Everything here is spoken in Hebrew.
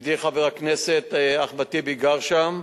ידידי חבר הכנסת אחמד טיבי גר שם.